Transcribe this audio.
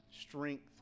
strength